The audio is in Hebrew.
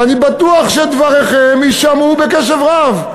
ואני בטוח שדבריכם יישמעו בקשב רב,